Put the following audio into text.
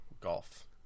Golf